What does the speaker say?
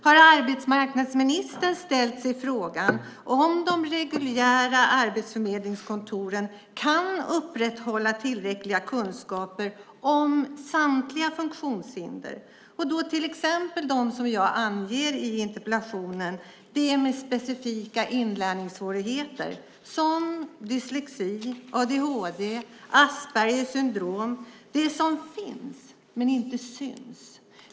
Har arbetsmarknadsministern ställt sig frågan om de reguljära arbetsförmedlingskontoren kan upprätthålla tillräckliga kunskaper om samtliga funktionshinder? Jag tänker till exempel på dem som jag anger i interpellationen, personer med specifika inlärningssvårigheter, som har dyslexi, adhd, Aspergers syndrom, det som finns men inte syns.